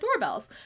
doorbells